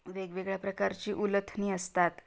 वेगवेगळ्या प्रकारची उलथणी असतात